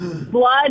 blood